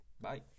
Bye